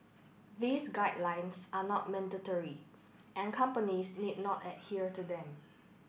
these guidelines are not mandatory and companies need not adhere to them